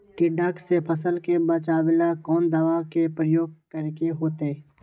टिड्डा से फसल के बचावेला कौन दावा के प्रयोग करके होतै?